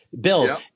Bill